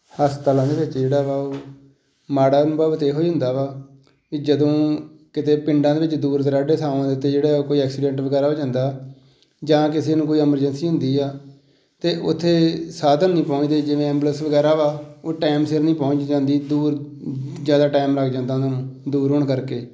ਹਸਪਤਾਲਾਂ ਦੇ ਵਿੱਚ ਜਿਹੜਾ ਵਾ ਉਹ ਮਾੜਾ ਅਨੁਭਵ ਤਾਂ ਇਹੋ ਹੀ ਹੁੰਦਾ ਵਾ ਵੀ ਜਦੋਂ ਕਿਤੇ ਪਿੰਡਾਂ ਦੇ ਵਿੱਚ ਦੂਰ ਦੁਰਾਡੇ ਥਾਵਾਂ ਦੇ ਉੱਤੇ ਜਿਹੜੇ ਉਹ ਕੋਈ ਐਕਸੀਡੈਂਟ ਵਗੈਰਾ ਹੋ ਜਾਂਦਾ ਜਾਂ ਕਿਸੇ ਨੂੰ ਕੋਈ ਅਮਰਜੈਂਸੀ ਹੁੰਦੀ ਆ ਤਾਂ ਉੱਥੇ ਸਾਧਨ ਨਹੀਂ ਪਹੁੰਚਦੇ ਜਿਵੇਂ ਐਂਬੂਲੈਂਸ ਵਗੈਰਾ ਵਾ ਉਹ ਟੈਮ ਸਿਰ ਨਹੀਂ ਪਹੁੰਚ ਜਾਂਦੀ ਦੂਰ ਜ਼ਿਆਦਾ ਟਾਇਮ ਲੱਗ ਜਾਂਦਾ ਉਹਨਾਂ ਨੂੰ ਦੂਰ ਹੋਣ ਕਰਕੇ